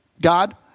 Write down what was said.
God